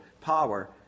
power